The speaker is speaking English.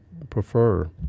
prefer